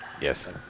Yes